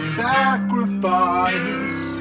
sacrifice